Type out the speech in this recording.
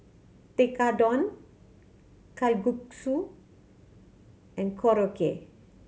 Tekkadon Kalguksu and Korokke